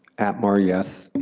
atmar, yes.